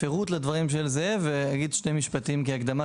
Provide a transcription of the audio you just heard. אני אנסה להתייחס בפירוט לדברים הללו ואני אגיד שני משפטים כהקדמה,